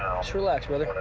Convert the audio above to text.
just relax, brother.